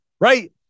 right